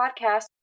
Podcast